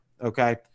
Okay